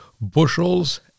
Bushels